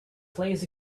plays